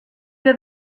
que